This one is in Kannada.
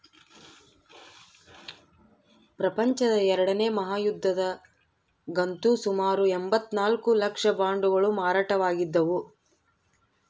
ಪ್ರಪಂಚದ ಎರಡನೇ ಮಹಾಯುದ್ಧದಗಂತೂ ಸುಮಾರು ಎಂಭತ್ತ ನಾಲ್ಕು ಲಕ್ಷ ಬಾಂಡುಗಳು ಮಾರಾಟವಾಗಿದ್ದವು